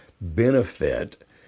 benefit